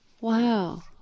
Wow